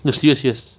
no serious serious